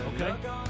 Okay